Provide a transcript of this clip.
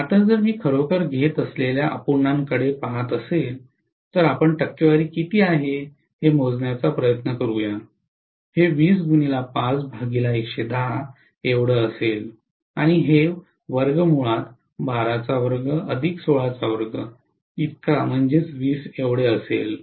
आता जर मी खरोखर घेत असलेल्या अपूर्णांकाकडे पहात आहे तर आपण टक्केवारी किती आहे हे मोजण्याचा प्रयत्न करा हे असेल तर हे 20 असेल